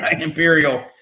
imperial